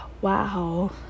wow